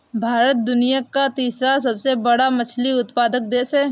भारत दुनिया का तीसरा सबसे बड़ा मछली उत्पादक देश है